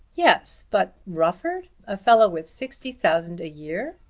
yes but rufford a fellow with sixty thousand a year!